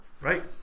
Right